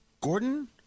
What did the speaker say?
gordon